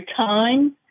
time